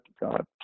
God